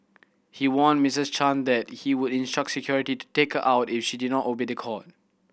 he warned Missus Chan that he would instruct security to take her out if she did not obey the court